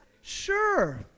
sure